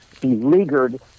beleaguered